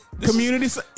Community